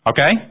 Okay